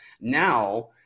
Now